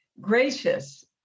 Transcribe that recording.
gracious